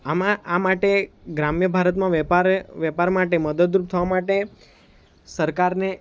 આમાં આ માટે ગ્રામ્ય ભારતમાં વેપાર વેપાર માટે મદદરૂપ થવા માટે સરકારને